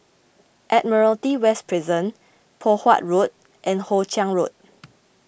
Admiralty West Prison Poh Huat Road and Hoe Chiang Road